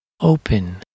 open